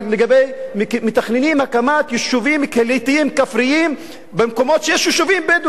מתכננים הקמת יישובים כפריים במקומות שיש בהם יישובים בדואיים,